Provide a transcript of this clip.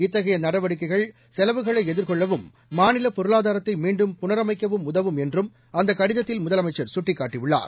இத்தகைய நடவடிக்கைகள் செலவுகளை எதிர்கொள்ளவும் மாநில பொருளாதாரத்தை மீண்டும் புனரமைக்கவும் உதவும் என்றும் அந்தக் கடிதத்தில் முதலமைச்சர் கட்டிக்காட்டியுள்ளார்